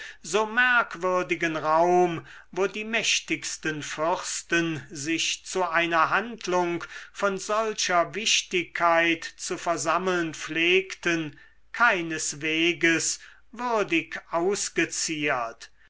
so merkwürdigen raum wo die mächtigsten fürsten sich zu einer handlung von solcher wichtigkeit zu versammlen pflegten keinesweges würdig ausgeziert